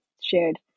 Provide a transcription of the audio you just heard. shared